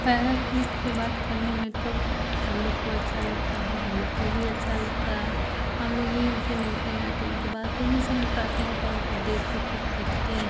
पर्यटक लोग से बात करने में तो सबलोग को अच्छा लगता है हमलोग को भी अच्छा लगता है हमलोग भी उनसे मिलते हैं तो उनकी बात तो नहीं समझ पाते हैं पर उनको देखकर कुछ सीखते हैं